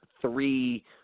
three